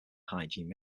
hygiene